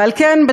ועל כן,